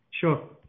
Sure